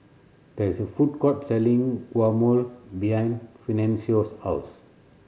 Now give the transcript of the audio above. there is a food court selling Guacamole behind Fidencio's house